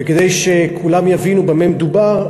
וכדי שכולם יבינו במה מדובר,